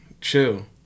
Chill